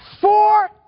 four